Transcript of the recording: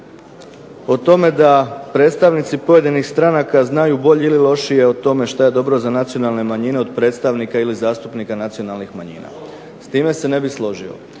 o tome da predstavnici pojedinih stranaka znaju bolje ili lošije o tome što je dobro za nacionalne manjine od predstavnika ili zastupnika nacionalnih manjina. S time se ne bih složio.